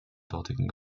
dortigen